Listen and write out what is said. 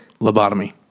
lobotomy